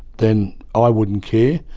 then i wouldn't care,